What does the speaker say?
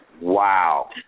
Wow